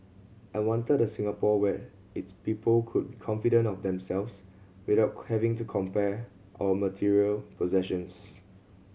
I wanted a Singapore where its people could be confident of themselves without having to compare our material possessions